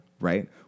right